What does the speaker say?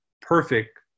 perfect